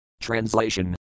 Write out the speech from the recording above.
Translation